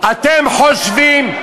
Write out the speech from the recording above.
אתם חושבים,